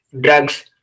drugs